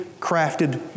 crafted